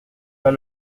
pas